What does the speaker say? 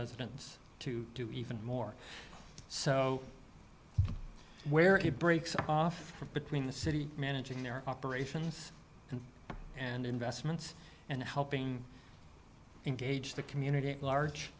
residents to do even more so where it breaks off between the city managing their operations and investments and helping engage the community at large